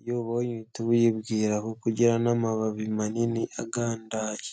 iyo uwubonye uhita uwibwira, kuko ugira n'amababi manini agandaye.